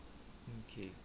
okay